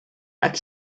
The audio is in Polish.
tak